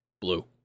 Blue